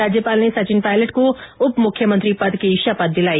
राज्यपाल ने सचिन पायलट को उप मुख्यमंत्री पद की शपथ दिलाई